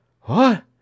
What